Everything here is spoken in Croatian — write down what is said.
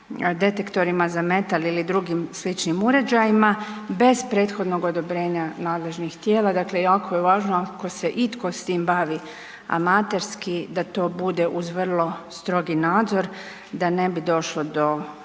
detektorima za metal ili drugim sličnim uređajima bez prethodnog odobrenja nadležnih tijela. Dakle, jako je važno ako se itko s tim bavi amaterski da to bude uz vrlo strogi nadzor da ne bi došlo do